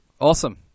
Awesome